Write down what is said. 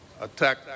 attack